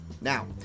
Now